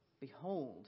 Behold